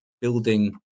building